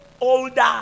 older